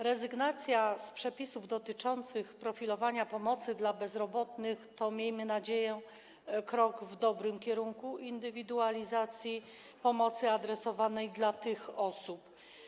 Rezygnacja z przepisów dotyczących profilowania pomocy dla bezrobotnych jest, miejmy nadzieję, krokiem w dobrym kierunku: indywidualizacji pomocy adresowanej do tych osób.